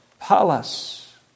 palace